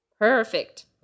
Perfect